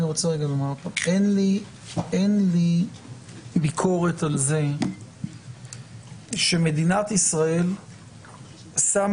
אין לי ביקורת על זה שמדינת ישראל שמה